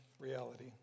reality